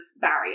barrier